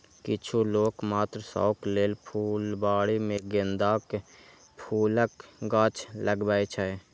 किछु लोक मात्र शौक लेल फुलबाड़ी मे गेंदाक फूलक गाछ लगबै छै